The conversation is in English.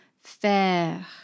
faire